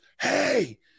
Hey